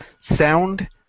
sound